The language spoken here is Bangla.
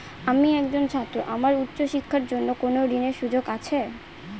আমি একজন ছাত্র আমার উচ্চ শিক্ষার জন্য কোন ঋণের সুযোগ আছে?